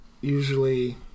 usually